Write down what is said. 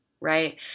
Right